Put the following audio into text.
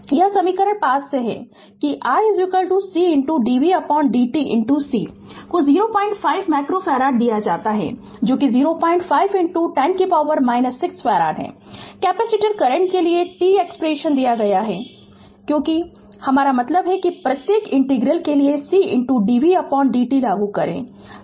Refer Slide Time 0157 यह समीकरण 5 से है कि i C dvdt C को 05 माइक्रो फैराड दिया गया है जो कि 05 10 6 फैराड है कैपेसिटर करंट के लिए t एक्सप्रेशन दिया गया है क्योंकि हमारा मतलब है कि प्रत्येक इंटीग्रल के लिए C dvdt लागू करें